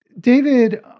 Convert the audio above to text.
David